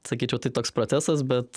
sakyčiau tai toks procesas bet